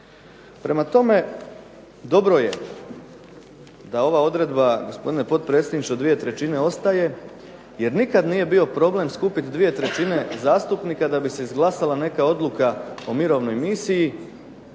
Prema tome, dobro je da ova odredba, gospodine potpredsjedniče, od dvije trećine ostaje jer nikad nije bio problem skupit dvije trećine zastupnika da bi se izglasala neka odluka o mirovnoj misiji